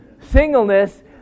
Singleness